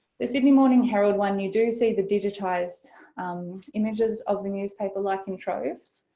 the sydney morning herald one you do see the digitized images of the newspaper liking trove,